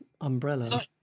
umbrella